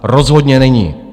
Rozhodně není.